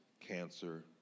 cancer